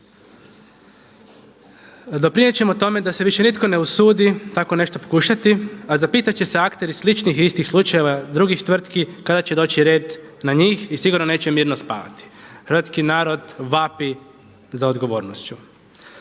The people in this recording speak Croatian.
Doprinijet ćemo tome da se više nitko ne usudi tako nešto pokušati, a zapitat će se akteri sličnih i istih slučajeva drugih tvrtki kada će doći red na njih i sigurno neće mirno spavati. Hrvatski narod vapi za odgovornošću.